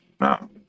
No